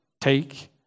Take